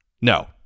No